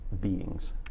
beings